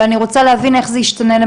ואני רוצה להבין איך זה ישתנה עם